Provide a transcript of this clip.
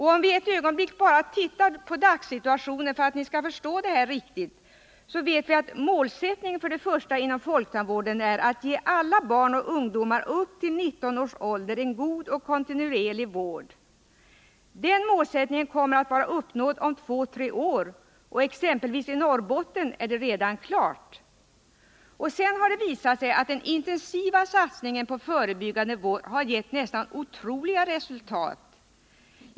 För att ni skall förstå det här riktigt, vill jag att vi ett ögonblick tittar på dagssituationen. Målsättningen inom folktandvården är att ge alla barn och ungdomar upp till 19 års ålder en god och kontinuerlig vård. Den målsättningen kommer att vara uppnådd om två å tre år, och exempelvis i Norrbotten är den redan uppnådd. Vidare har det visat sig att den intensiva satsningen på förebyggande vård har givit nästan otroliga resultat.